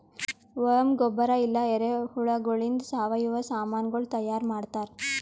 worm ಗೊಬ್ಬರ ಇಲ್ಲಾ ಎರೆಹುಳಗೊಳಿಂದ್ ಸಾವಯವ ಸಾಮನಗೊಳ್ ತೈಯಾರ್ ಮಾಡ್ತಾರ್